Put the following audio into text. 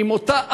עם אותה הכשרה,